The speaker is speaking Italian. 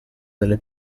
delle